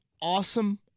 awesome